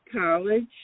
college